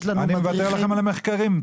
אני מוותר לכם על המחקרים.